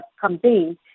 campaign